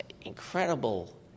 incredible